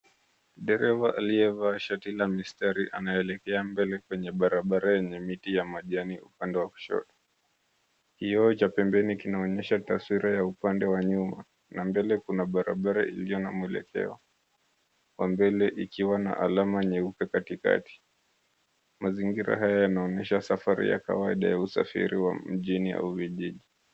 Dereva aliyevaa shati la mistari anaelekea mbele kwenye barabara yenye miti ya majani upande wa kushoto. Kioo cha pembeni kinaonyesha taswira ya upande wa nyuma na mbele kuna barabara iliyo na mwelekeo wa mbele ikiwa na alama nyeupe katikati. Mazingira hayo yanaonyesha safari ya kawaida ya usafiri wa mjini au vijiji.